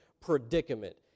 predicament